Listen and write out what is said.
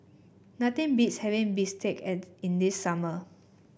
nothing beats having Bistake at in the summer